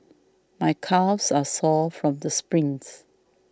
my calves are sore from all the sprints